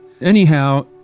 Anyhow